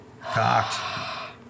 Cocked